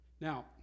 Now